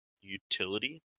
utility